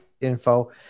info